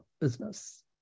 business